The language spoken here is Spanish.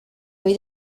hoy